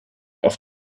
auf